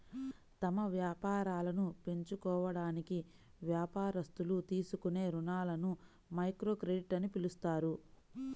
తమ వ్యాపారాలను పెంచుకోవడానికి వ్యాపారస్తులు తీసుకునే రుణాలని మైక్రోక్రెడిట్ అని పిలుస్తారు